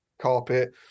carpet